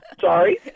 Sorry